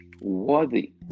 Worthy